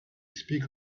speak